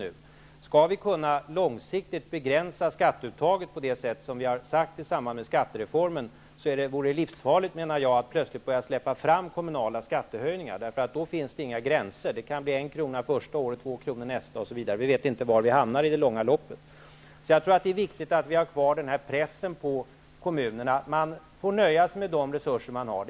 När vi långsiktigt vill begränsa skatteuttaget på det sätt som vi har sagt i samband med skattereformen är det livsfarligt, menar jag, att plötsligt börja släppa fram kommunala skattehöjningar. Då finns det inga gränser. Det kan bli 1 kr. första året, 2 kr. nästa, osv. Vi vet då inte var vi hamnar i det långa loppet. Jag tror alltså att det är viktigt att vi har kvar den här pressen på kommunerna: Man får nöja sig med de resurser man har.